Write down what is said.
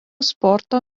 sporto